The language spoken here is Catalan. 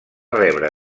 rebre